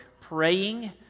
praying